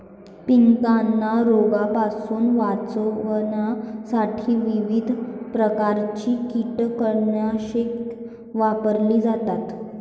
पिकांना रोगांपासून वाचवण्यासाठी विविध प्रकारची कीटकनाशके वापरली जातात